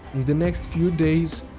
the next few days,